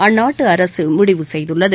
அந்நாட்டு அரசு முடிவு செய்துள்ளது